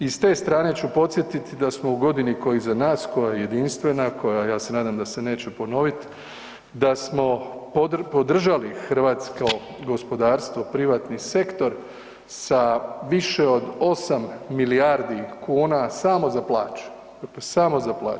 I s te strane ću podsjetiti da smo u godini koja je iza nas, koja je jedinstvena, koja ja se nadam da se neće ponoviti, da smo podržali hrvatsko gospodarstvo privatni sektor sa više od osam milijardi kuna samo za plaće, dakle samo za plaće.